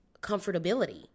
comfortability